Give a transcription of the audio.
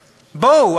בואו,